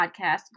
podcast